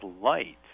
light